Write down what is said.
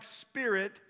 spirit